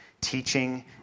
teaching